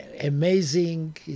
amazing